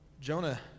Jonah